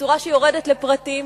בצורה שיורדת לפרטים.